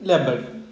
ya but